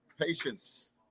Patience